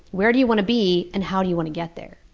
where do you want to be? and how do you want to get there?